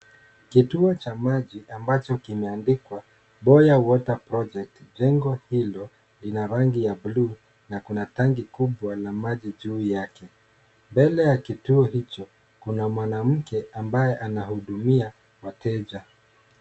Kituo cha maji ambayo kimeandikwa BOYA WATER PROJECT, jengo hilo ni la rangi ya buluu na kuna tangi kubwa ya maji juu yake. Mbele ya kituio hicho kuna mwanamke ambaye anahudumia wateja.